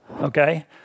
okay